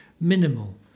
minimal